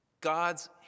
God's